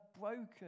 broken